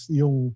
yung